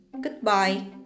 Goodbye